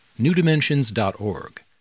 newdimensions.org